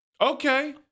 Okay